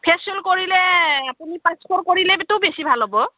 facial কৰিলে আপুনি পাঁচশৰ কৰিলেতো বেছি ভাল হ'ব